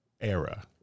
era